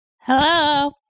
Hello